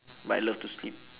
but I love to sleep